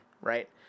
right